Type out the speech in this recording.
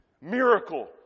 Miracle